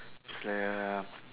it's like uh